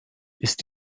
ist